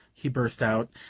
he burst out,